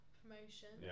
promotion